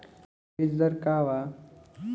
बीज दर का वा?